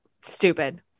stupid